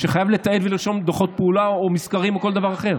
שחייב לתעד ולרשום דוחות פעולה או מזכרים או כל דבר אחד.